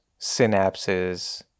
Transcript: synapses